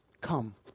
Come